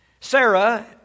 Sarah